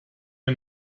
der